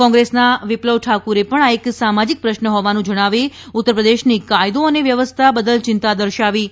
કોંગ્રેસના વિપ્લવ ઠાકુરે પણ આ એક સામાજિક પ્રશ્ન હોવાનું જણાવી ઉત્તરપ્રદેશની કાયદો અને વ્યવસ્થા બદલ ચિંતા દર્શાવી હતી